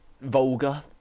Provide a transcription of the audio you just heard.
vulgar